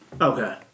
Okay